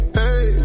hey